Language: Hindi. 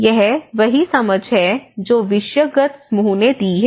यह वही समझ है जो विषयगत समूह ने दी है